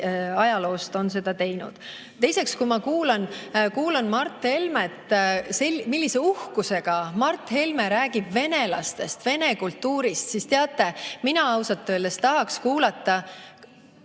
ajaloost on seda teinud. Teiseks, kui ma kuulan Mart Helmet, millise uhkusega Mart Helme räägib venelastest, vene kultuurist, siis teate, mina ausalt öeldes tahaks kuulata ...